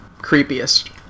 creepiest